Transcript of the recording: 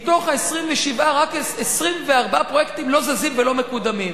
מתוך ה-27, 24 פרויקטים לא זזים ולא מקודמים.